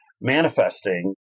manifesting